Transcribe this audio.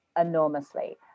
enormously